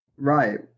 Right